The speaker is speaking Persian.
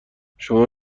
شما